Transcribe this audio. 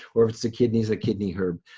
or if it's the kidneys, a kidney herb.